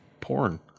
porn